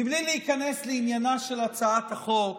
בלי להיכנס לעניינה של הצעת החוק,